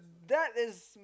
that is